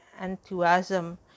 enthusiasm